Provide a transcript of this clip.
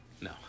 No